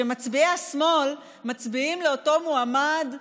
שמצביעי השמאל מצביעים לאותו מועמד,